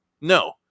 No